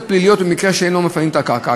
פליליות במקרה שהם לא מפנים את הקרקע.